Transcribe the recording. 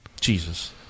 Jesus